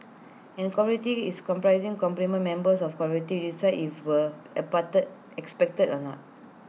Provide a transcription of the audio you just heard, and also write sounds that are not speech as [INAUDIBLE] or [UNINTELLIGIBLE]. and A community is comprising prominent members of community decide if were [UNINTELLIGIBLE] accepted or not